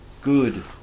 good